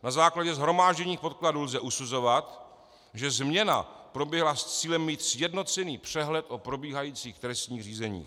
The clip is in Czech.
Na základě shromážděných podkladů lze usuzovat, že změna proběhla s cílem mít sjednocený přehled o probíhajících trestních řízeních.